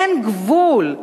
אין גבול.